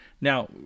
Now